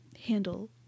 handle